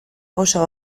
oso